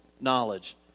knowledge